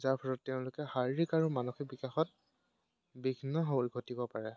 যাৰ ফলত তেওঁলোকে শাৰীৰিক আৰু মানসিক বিকাশত বিঘ্ন হৈ ঘটিব পাৰে